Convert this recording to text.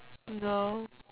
no